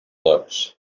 looks